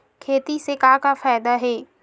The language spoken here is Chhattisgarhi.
खेती से का का फ़ायदा हे?